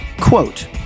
Quote